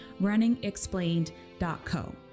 runningexplained.co